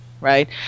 Right